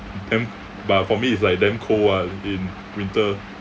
then but for me it's like damn cold ah in winter